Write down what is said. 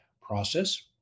process